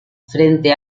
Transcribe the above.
frente